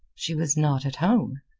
she was not at home.